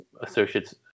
associates